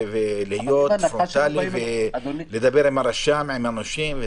להיות נוכח פרונטלי ולדבר עם הרשם ועם הנושים,